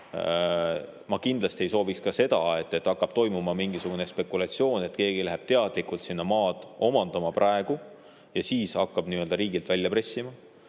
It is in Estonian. Ma kindlasti ei sooviks ka seda, et hakkab toimuma mingisugune spekulatsioon, et keegi läheb teadlikult sinna maad omandama praegu ja siis hakkab riigilt välja pressima.